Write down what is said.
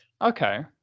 Okay